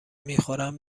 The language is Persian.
میخورم